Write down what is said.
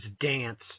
dance